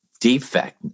defect